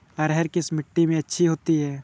अरहर किस मिट्टी में अच्छी होती है?